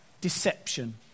deception